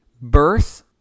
birth